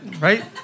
right